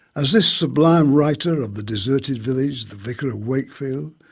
as this sublime writer of the deserted village, the vicar of wakefield,